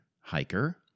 hiker